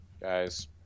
Guys